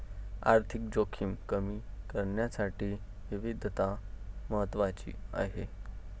आर्थिक जोखीम कमी करण्यासाठी विविधता महत्वाची आहे